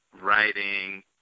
writing